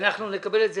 אנחנו נקבל את זה,